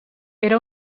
era